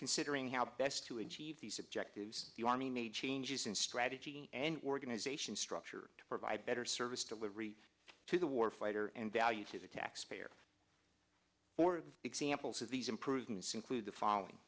considering how best to achieve these objectives the army major changes in strategy and organization structure to provide better service delivery to the war fighter and value to the taxpayer or the examples of these improvements include the following